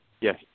yes